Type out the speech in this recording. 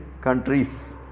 countries